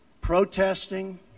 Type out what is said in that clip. protesting